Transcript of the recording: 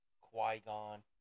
Qui-Gon